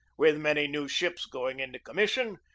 with many new ships going into commission,